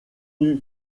eût